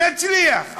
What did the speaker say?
נצליח.